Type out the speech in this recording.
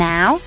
Now